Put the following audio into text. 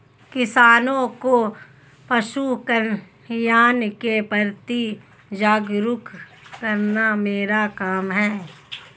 किसानों को पशुकल्याण के प्रति जागरूक करना मेरा काम है